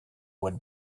would